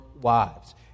wives